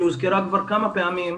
שהוזכרה כבר כמה פעמים,